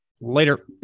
later